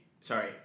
Sorry